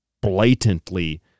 blatantly